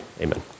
amen